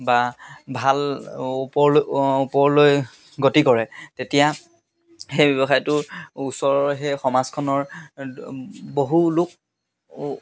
বা ভাল ওপৰলৈ ওপৰলৈ গতি কৰে তেতিয়া সেই ব্যৱসায়টো ওচৰৰ সেই সমাজখনৰ বহু লোক